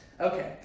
Okay